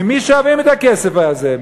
ממי שואבים את הכסף הזה?